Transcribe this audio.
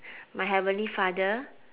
my heavenly father